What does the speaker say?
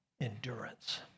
endurance